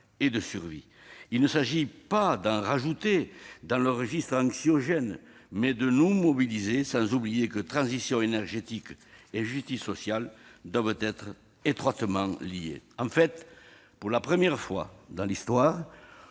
et de survie. Il s'agit non pas d'en rajouter dans le registre anxiogène, mais de nous mobiliser, sans oublier que transition énergétique et justice sociale doivent être étroitement liées. Pour la première fois dans l'histoire,